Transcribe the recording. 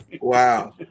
Wow